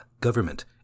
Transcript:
government